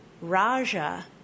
Raja